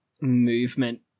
movement